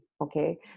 okay